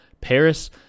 Paris